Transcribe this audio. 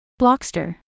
Blockster